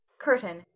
Curtain